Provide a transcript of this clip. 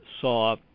saw